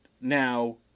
now